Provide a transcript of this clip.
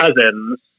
cousins